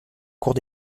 cours